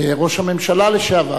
ראש הממשלה לשעבר.